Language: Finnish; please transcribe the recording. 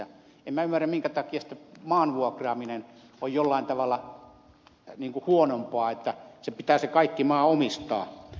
en minä ymmärrä minkä takia sitten maan vuokraaminen on jollain tavalla niin kuin huonompaa että se pitää se kaikki maa omistaa